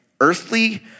earthly